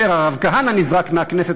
כאשר הרב כהנא נזרק מהכנסת,